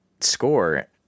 score